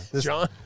John